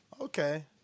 Okay